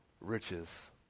riches